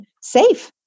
safe